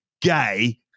gay